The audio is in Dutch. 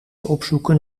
opzoeken